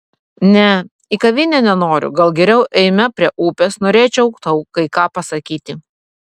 ne į kavinę nenoriu gal geriau eime prie upės norėčiau tau kai ką pasakyti